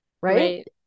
Right